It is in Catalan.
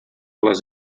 les